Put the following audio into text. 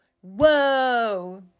Whoa